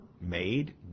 made